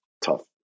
tough